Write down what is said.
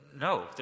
no